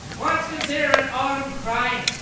what's considered an autumn crime?